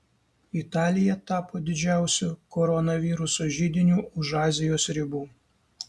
italija tapo didžiausiu koronaviruso židiniu už azijos ribų